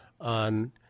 on